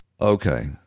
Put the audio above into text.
Okay